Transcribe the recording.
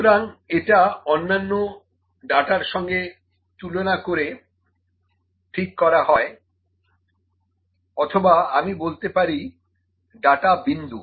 সুতরাং এটা অন্যান্য ডাটার সঙ্গে তুলনা করে ঠিক করা হয় অথবা আমি বলতে পারি ডাটা বিন্দু